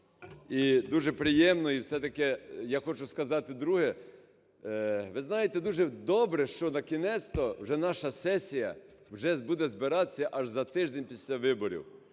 І дуже приємно. І все-таки я хочу сказати друге. Ви знаєте, дуже добре, щонакінець-то вже наша сесія вже буде збиратися аж за тиждень після виборів.